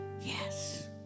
Yes